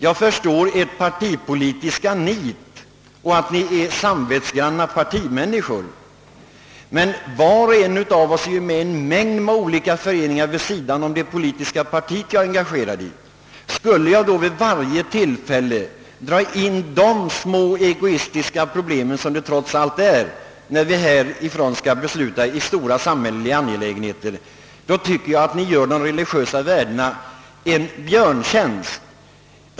Jag förstår ert partipolitiska nit och att ni är samvetsgranna politiker, men var och en av oss är ju med i en mängd olika föreningar vid sidan om det politiska parti vi är engagerade i. Skulle ni vid varje tillfälle, som vi skall fatta beslut i stora samhällsangelägenheter, dra in små egoistiska problem tycker jag att ni gör de religiösa värdena en björntjänst.